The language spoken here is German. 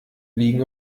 liegen